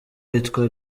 yitwa